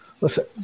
Listen